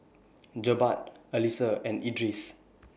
Jebat Alyssa and Idris